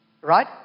right